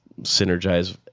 synergize